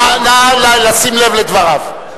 נא לשים לב לדבריו.